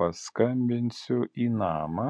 paskambinsiu į namą